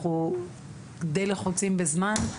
אנחנו די לחוצים בזמן.